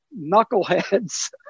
knucklehead's